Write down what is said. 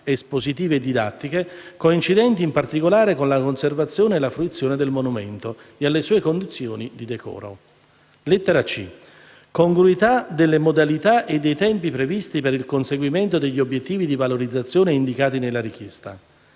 espositive e didattiche, coincidenti in particolare con la conservazione e la fruizione del monumento, e alle sue condizioni di decoro. Infine, alla voce «congruità delle modalità e dei tempi previsti per il conseguimento degli obiettivi di valorizzazione indicati nella richiesta»,